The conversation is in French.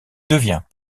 devient